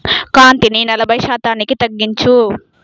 కాంతిని నలభై శాతానికి తగ్గించు